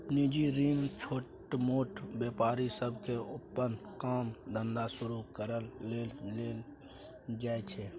निजी ऋण छोटमोट व्यापारी सबके अप्पन काम धंधा शुरू करइ लेल लेल जाइ छै